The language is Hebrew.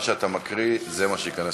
מה שאתה מקריא זה מה שייכנס